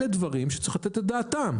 אלה דברים שצריך לתת עליהם את הדעת.